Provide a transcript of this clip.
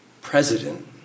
president